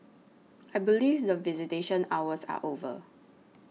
I believe that visitation hours are over